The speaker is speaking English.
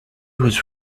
was